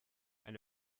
and